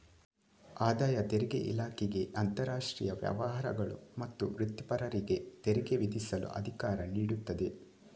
ಆದಾಯ ತೆರಿಗೆ ಇಲಾಖೆಗೆ ಅಂತರಾಷ್ಟ್ರೀಯ ವ್ಯವಹಾರಗಳು ಮತ್ತು ವೃತ್ತಿಪರರಿಗೆ ತೆರಿಗೆ ವಿಧಿಸಲು ಅಧಿಕಾರ ನೀಡುತ್ತದೆ